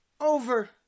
over